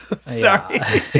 Sorry